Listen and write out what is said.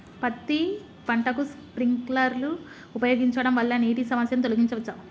పత్తి పంటకు స్ప్రింక్లర్లు ఉపయోగించడం వల్ల నీటి సమస్యను తొలగించవచ్చా?